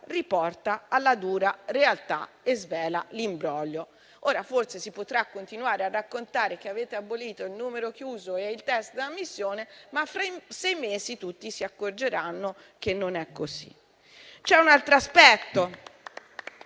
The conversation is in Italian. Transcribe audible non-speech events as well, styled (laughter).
riporta alla dura realtà e svela l'imbroglio. Ora forse si potrà continuare a raccontare che avete abolito il numero chiuso e i *test* di ammissione, ma fra sei mesi tutti si accorgeranno che non è così. (applause) C'è un altro aspetto